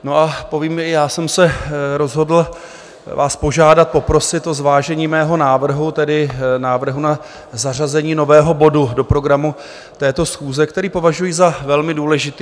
I já jsem se rozhodl vás požádat a poprosit o zvážení mého návrhu, tedy návrhu na zařazení nového bodu do programu této schůze, který považuji za velmi důležitý.